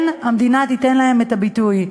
המדינה כן תיתן להם את הביטוי.